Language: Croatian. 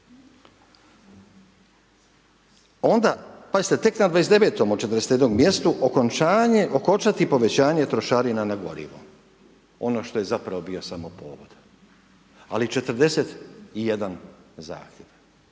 Onda pazite tek na 29. od 41 mjestu okončati povećanje trošarina na gorivo. Ono što je bio zapravo samo povod, ali 41 zahtjev.